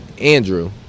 Andrew